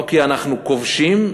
לא כי אנחנו כובשים,